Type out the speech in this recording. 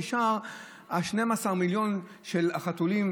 נשארו ה-12 מיליון של החתולים,